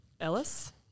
Ellis